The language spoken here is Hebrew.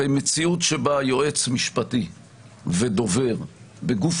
הרי מציאות שבה יועץ משפטי ודובר בגוף